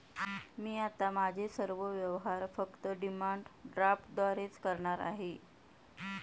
मी आता माझे सर्व व्यवहार फक्त डिमांड ड्राफ्टद्वारेच करणार आहे